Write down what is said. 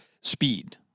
speed